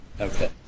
Okay